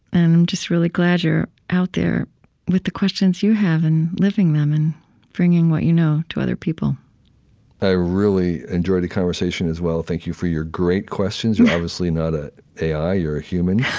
and i'm just really glad you're out there with the questions you have and living them and bringing what you know to other people i really enjoyed the conversation, as well. thank you for your great questions. you're obviously not an ai. you're a human yeah